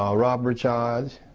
um robbery charge,